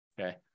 okay